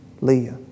Leah